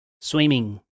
swimming